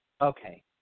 Okay